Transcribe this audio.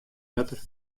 better